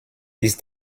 ist